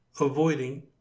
avoiding